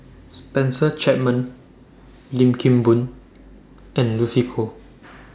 Spencer Chapman Lim Kim Boon and Lucy Koh